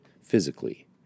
physically